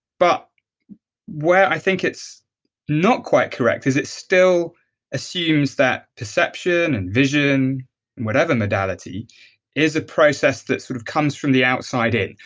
but where i think it's not quite correct is it still assumes that perception and vision and whatever modality is a process that sort of comes from the outside in.